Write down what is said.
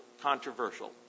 controversial